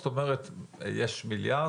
זאת אומרת יש 1 מיליארד,